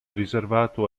riservato